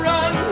Run